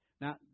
Now